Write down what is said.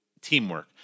teamwork